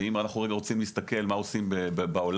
אם אנחנו רוצים להסתכל מה עושים בעולם,